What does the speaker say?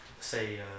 Say